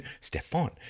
Stefan